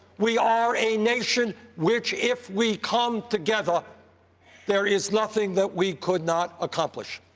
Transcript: we are a nation which if we come together there is nothing that we could not accomplish.